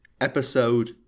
episode